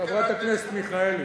חברת הכנסת מיכאלי.